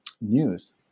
news